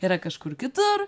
yra kažkur kitur